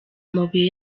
amabuye